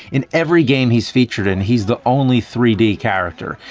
in every game, he's featured, and he's the only three d character.